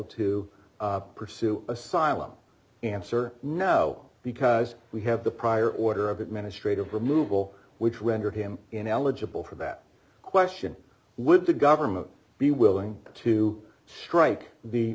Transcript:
to pursue asylum answer no because we have the prior order of administrative removal which render him ineligible for that question with the government be willing to strike the